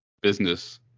business